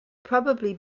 probably